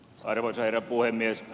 arvoisa herra puhemies